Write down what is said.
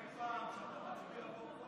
אמרת לי פעם שאתה מצביע בעד כל חוק,